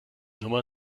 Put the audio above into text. nummer